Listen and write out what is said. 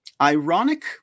ironic